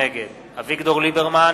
נגד אביגדור ליברמן,